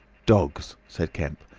dogs, said kemp.